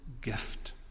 gift